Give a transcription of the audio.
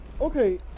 okay